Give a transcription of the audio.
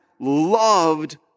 loved